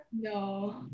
no